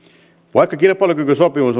vaikka kilpailukykysopimus